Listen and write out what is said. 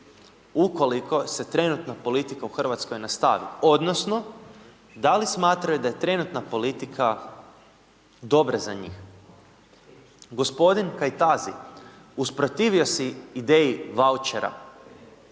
ukoliko se trenutna politika u Hrvatskoj nastavi odnosno da li smatraju da je trenutna politika dobra za njih. Gospodin Kajtazi usprotivio se ideji vaučera